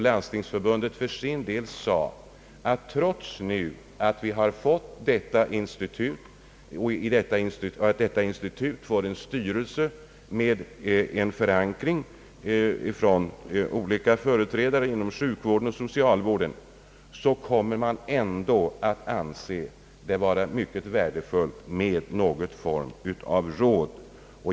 Landstingsförbundet sade att det anser att det skulle vara mycket värdefullt med någon form av ett sådant planeringsråd, trots att vi har fått detta institut och i detta institut fått en styrelse med en stark förankring inom sjukvård och socialvård genom olika företrädare därifrån.